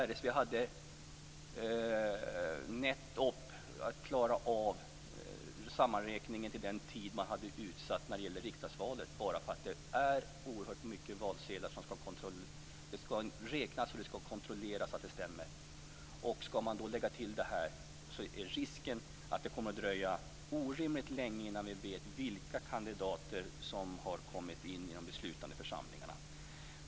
RSV hade svårt att klara av sammanräkningen till den utsatta tiden när det gällde riksdagsvalet, eftersom det är oerhört många valsedlar som skall räknas och kontrolleras. Skall möjligheten att stryka namn införas är risken att det dröjer oerhört länge innan vi vet vilka kandidater som är valda till de beslutande församlingarna.